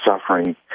suffering